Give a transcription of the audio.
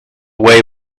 away